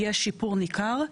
יש שיפור ניכר.